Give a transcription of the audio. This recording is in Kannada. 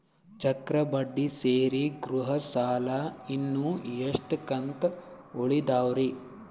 ಚಕ್ರ ಬಡ್ಡಿ ಸೇರಿ ಗೃಹ ಸಾಲ ಇನ್ನು ಎಷ್ಟ ಕಂತ ಉಳಿದಾವರಿ?